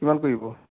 কিমান কৰিব